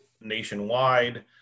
nationwide